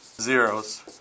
zeros